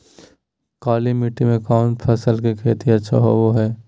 काली मिट्टी में कौन फसल के खेती अच्छा होबो है?